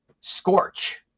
scorch